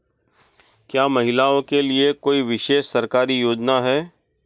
क्या महिलाओं के लिए कोई विशेष सरकारी योजना है?